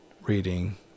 reading